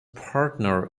partner